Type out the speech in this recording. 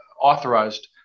authorized